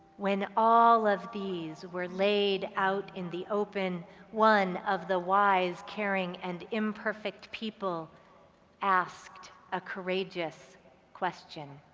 when all of these were laid out in the open one of the wise caring and imperfect people asked a courageous question.